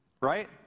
Right